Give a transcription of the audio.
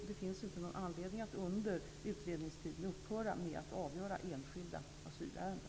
Det finns ingen anledning att under utredningstiden upphöra med att avgöra enskilda asylärenden.